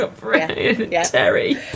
Terry